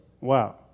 Wow